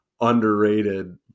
underrated